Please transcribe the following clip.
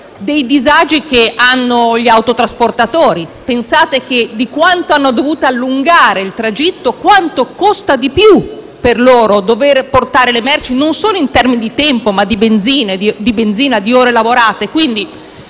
dei disagi che hanno gli autotrasportatori: pensate di quanto hanno dovuto allungare il tragitto e quanto costa di più per loro dover portare le merci, non solo in termini di tempo, ma di benzina e di ore lavorate.